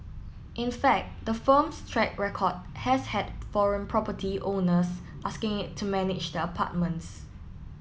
in fact the firm's track record has had foreign property owners asking it to manage their apartments